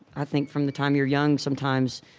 i think, from the time you're young, sometimes,